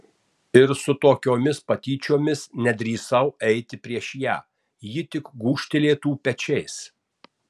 ir su tokiomis patyčiomis nedrįsau eiti prieš ją ji tik gūžtelėtų pečiais